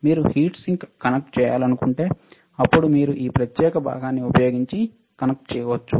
మీరు heat sink connect చేయాలనుకుంటే అప్పుడు మీరు ఈ ప్రత్యేక భాగాన్ని ఉపయోగించి కనెక్ట్ చేయవచ్చు